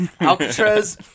Alcatraz